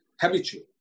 habitual